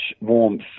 warmth